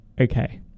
Okay